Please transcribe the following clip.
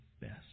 best